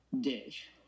Dish